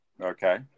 Okay